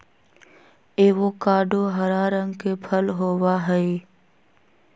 avocado हरा रंग के फल होबा हई